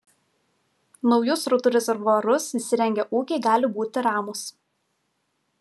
naujus srutų rezervuarus įsirengę ūkiai gali būti ramūs